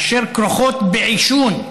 אשר כרוכות בעישון,